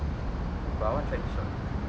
oo but I want to try this shot !duh!